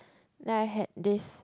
like I had this